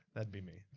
that'd be me.